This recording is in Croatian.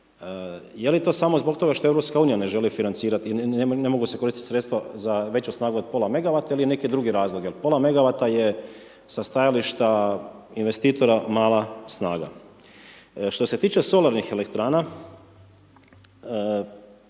je li to samo zbog toga što EU ne želi financirati, ne mogu se koristit sredstava za veću snagu od pola megawata ili je neki drugi razlog, jel pola megawata je sa stajališta investitora mala snaga. Što se tiče solarnih elektrana,